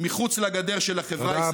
מחוץ לגדר של החברה הישראלית.